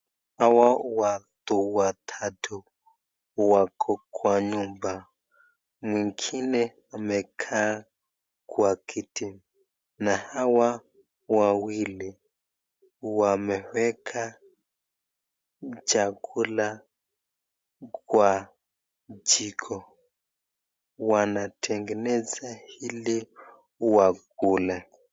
Hawa watu watatu wako kwa nyumba, mwengine amekaa kwa kiti na hawa wawili wameeka chakula kwa jiko, wanatengeneza ili wakule.